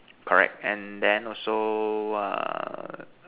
correct and then also err